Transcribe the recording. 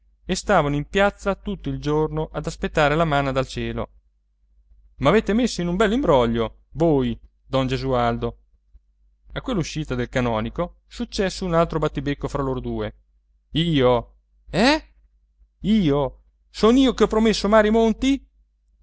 e stavano in piazza tutto il giorno ad aspettare la manna dal cielo m'avete messo in un bell'imbroglio voi don gesualdo a quell'uscita del canonico successe un altro battibecco fra loro due io eh io son io che ho promesso mari e monti